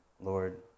Lord